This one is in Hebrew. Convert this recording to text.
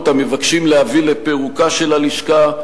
המבקשים להביא לפירוקה של הלשכה,